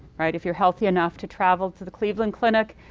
right? if you're healthy enough to travel to the cleveland clinic,